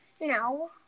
No